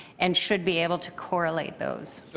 and should be able to correlate those.